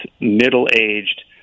middle-aged